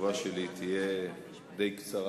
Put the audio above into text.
התשובה שלי תהיה די קצרה,